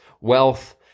wealth